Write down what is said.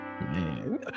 man